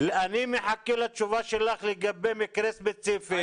אני מחכה לתשובה שלך לגבי מקרה ספציפי.